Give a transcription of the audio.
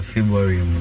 February